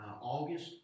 August